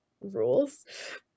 rules